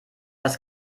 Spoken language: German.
das